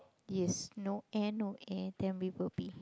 yes no air no air then we will be